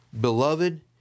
Beloved